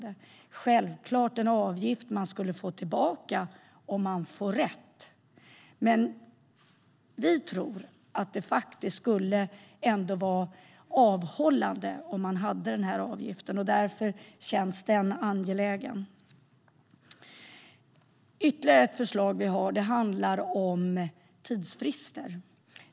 Det är självklart en avgift som man skulle få tillbaka om man får rätt. Vi tror att en sådan avgift skulle vara avhållande, och därför känns den frågan angelägen. Ytterligare ett förslag som vi har handlar om tidsfrister.